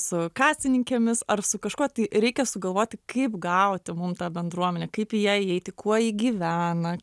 su kasininkėmis ar su kažkuo tai reikia sugalvoti kaip gauti mum tą bendruomenę kaip į ją įeiti kuo ji gyvena